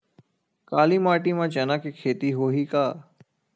काली माटी म चना के खेती होही का?